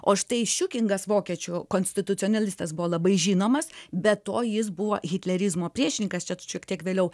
o štai ščiukingas vokiečių konstitucionalistas buvo labai žinomas be to jis buvo hitlerizmo priešininkas čia šiek tiek vėliau